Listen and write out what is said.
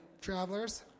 travelers